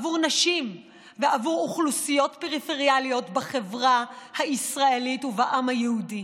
בעבור נשים ועבור אוכלוסיות פריפריאליות בחברה הישראלית ובעם היהודי.